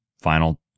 Final